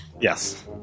Yes